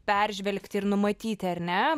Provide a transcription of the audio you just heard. peržvelgti ir numatyti ar ne